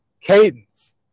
cadence